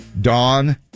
Dawn